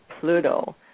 Pluto